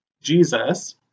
Jesus